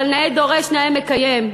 אבל נאה דורש נאה מקיים.